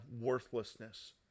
worthlessness